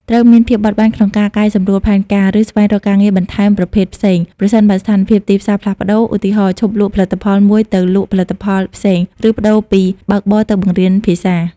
ត្រូវមានភាពបត់បែនក្នុងការកែសម្រួលផែនការ ឬស្វែងរកការងារបន្ថែមប្រភេទផ្សេង ប្រសិនបើស្ថានភាពទីផ្សារផ្លាស់ប្តូរ ឧទាហរណ៍ ឈប់លក់ផលិតផលមួយទៅលក់ផលិតផលផ្សេង ឬប្តូរពីបើកបរទៅបង្រៀនភាសា។